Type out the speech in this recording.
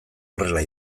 horrela